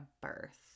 birth